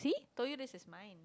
see told you this is mine